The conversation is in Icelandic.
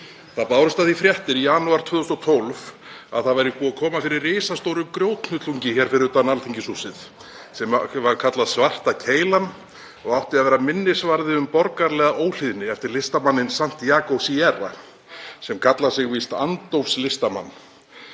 Það bárust af því fréttir í janúar 2012 að það væri búið að koma fyrir risastórum grjóthnullungi fyrir utan Alþingishúsið sem var kallaður Svarta keilan og átti að vera minnisvarði um borgaralega óhlýðni eftir listamanninn Santiago Sierra sem kallar sig víst andófslistamann.